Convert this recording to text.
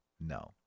no